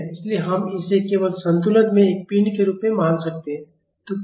इसलिए हम इसे केवल संतुलन में एक पिंड के रूप में मान सकते हैं